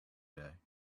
day